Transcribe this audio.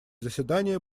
заседание